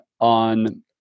on